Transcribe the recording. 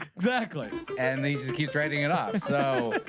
exactly. and they just keep trading it up so